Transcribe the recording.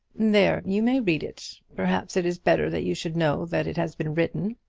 there, you may read it. perhaps it is better that you should know that it has been written.